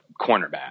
cornerback